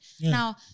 Now